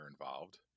involved